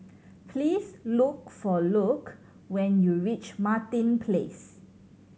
please look for Luc when you reach Martin Place